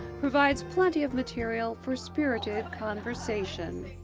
provides plenty of material for spirited conversation.